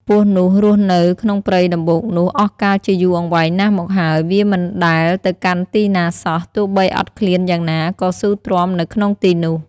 ពស់នោះរស់នៅ ក្នុងព្រៃដំបូកនោះ អស់កាលជាយូរអង្វែងណាស់មកហើយ វាមិនដែលទៅកាន់ទីណាសោះ ទោះបីអត់ឃ្លានយ៉ាងណា ក៏ស៊ូទ្រាំនៅក្នុងទីនោះ ។